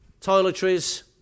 toiletries